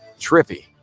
Trippy